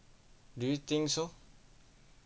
do you think so